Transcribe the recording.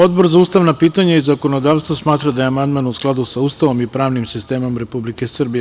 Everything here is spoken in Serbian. Odbor za ustavna pitanja i zakonodavstvo smatra da je amandman u skladu sa Ustavom i pravnim sistemom Republike Srbije.